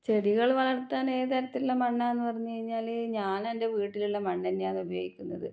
ചെടികൾ വളർത്താൻ ഏത് തരത്തിലുള്ള മണ്ണാന്ന് പറഞ്ഞ് കഴിഞ്ഞാൽ ഞാനെൻ്റെ വീട്ടിലുള്ള മണ്ണ് തന്നെയാണ് ഉപയോഗിക്കുന്നത്